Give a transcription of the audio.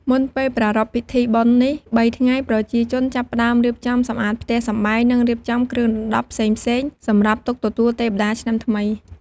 មុនពេលប្រារព្ធពិធីបុណ្យនេះ៣ថ្ងៃ ប្រជាជនចាប់ផ្ដើមរៀបចំសម្អាតផ្ទះសំបែងនិងរៀបចំគ្រឿងរណ្ដាប់ផ្សេងៗសម្រាបទុកទទួលទេវតាឆ្នាំថ្មី ។